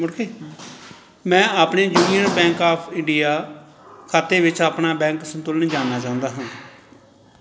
ਮੈਂ ਆਪਣੇ Union Bank of India ਖਾਤੇ ਵਿੱਚ ਆਪਣਾ ਬੈਂਕ ਸੰਤੁਲਨ ਜਾਣਨਾ ਚਾਹੁੰਦਾ ਹਾਂ